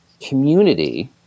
community